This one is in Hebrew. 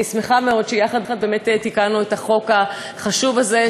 אני שמחה מאוד שיחד באמת תיקנו את החוק החשוב הזה.